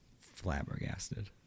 flabbergasted